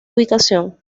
ubicación